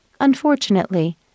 Unfortunately